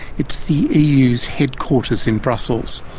it's the eu's headquarters in brussels.